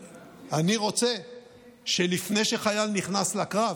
אני רוצה שלפני שחייל נכנס לקרב,